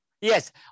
Yes